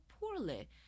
poorly